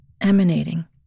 emanating